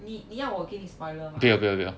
你你要我给你 spoiler mah